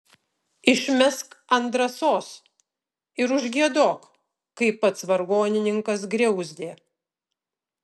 išmesk ant drąsos ir užgiedok kaip pats vargonininkas griauzdė